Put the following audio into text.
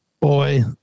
Boy